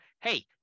Hey